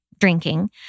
drinking